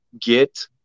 get